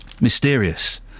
Mysterious